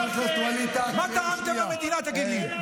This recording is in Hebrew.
מה תרמתם למדינה, תגיד לי?